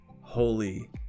holy